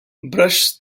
brush